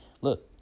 look